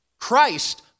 Christ